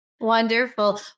Wonderful